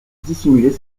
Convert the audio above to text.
dissimuler